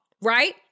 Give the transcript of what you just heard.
right